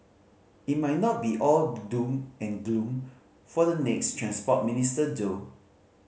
it might not be all doom and gloom for the next Transport Minister though